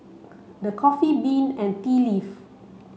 The Coffee Bean and Tea Leaf